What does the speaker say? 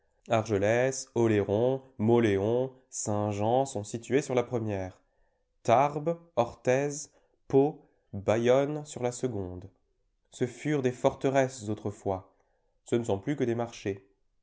argelès oléron mauléon saint-jean sont situées sur la première tarbes orthez pau ba'onne sur la seconde ce furent des forteresses autrefois ce ne sont plus que des marchés